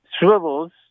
swivels